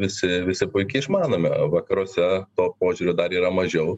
visi visi puikiai išmanome vakaruose to požiūrio dar yra mažiau